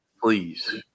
Please